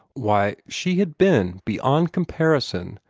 why, she had been, beyond comparison,